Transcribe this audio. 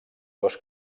dos